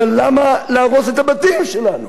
אבל למה להרוס את הבתים שלנו?